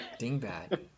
Dingbat